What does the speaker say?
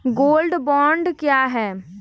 Gold bond क्या है?